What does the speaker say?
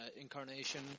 incarnation